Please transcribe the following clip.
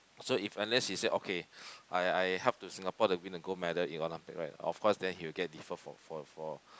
so if unless he say okay I I help to Singapore to win the gold medal in the Olympic right then of course he will get defer for for for